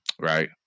right